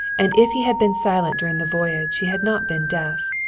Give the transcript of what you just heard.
and if he had been silent during the voyage he had not been deaf.